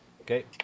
Okay